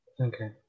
Okay